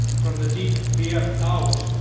from the dpf out,